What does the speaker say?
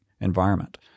environment